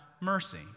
mercy